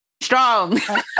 strong